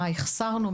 מה החסרנו,